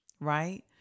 Right